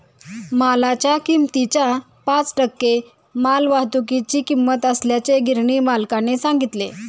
मालाच्या किमतीच्या पाच टक्के मालवाहतुकीची किंमत असल्याचे गिरणी मालकाने सांगितले